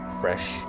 fresh